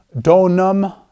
donum